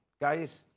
guys